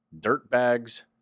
Dirtbags